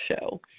show